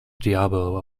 diabo